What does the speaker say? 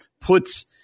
puts